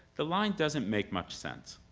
the line doesn't make much sense.